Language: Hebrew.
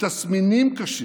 מתסמינים קשים,